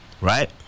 right